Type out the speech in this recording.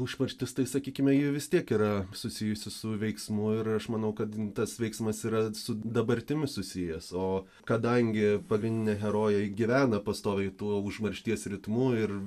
užmarštis tai sakykime ji vis tiek yra susijusi su veiksmu ir aš manau kad tas veiksmas yra su dabartimi susijęs o kadangi pagrindinė herojė ji gyvena pastoviai tuo užmaršties ritmu ir